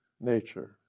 nature